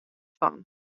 fan